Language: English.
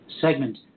segment